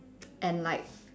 and like